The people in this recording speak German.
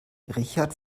richard